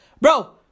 Bro